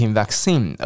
vaccine